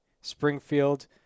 Springfield –